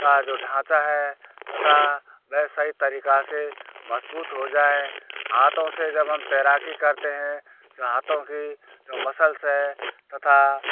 का जो ढाँचा है वह सही तरीका से मजबूत हो जाए हाथों से जब हम तैराकी करते हैं हाथों की मसल्स है तथा